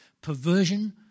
perversion